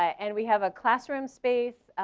and we have a classroom space.